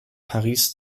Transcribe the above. paris